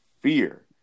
fear